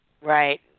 Right